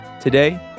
Today